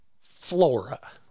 flora